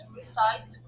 recite